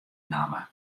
namme